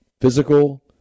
physical –